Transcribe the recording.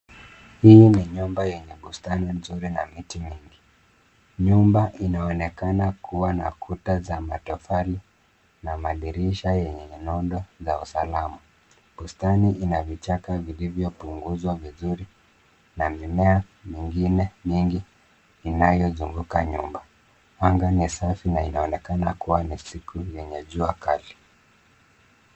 Hii ni nyumba yenye bustani nzuri na miti mingi. Nyumba inaonekana kuwa na kuta za matofali na madirisha yenye nondo za usalama. Bustani ina vichaka vilivyo punguzwa vizuri na mimea mingine mingi inayozunguka nyumba. Mwanga ni safi na inaonekana kuwa ni siku yenye jua kali.